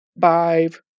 five